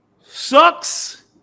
sucks